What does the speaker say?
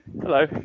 Hello